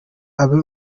abe